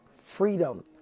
Freedom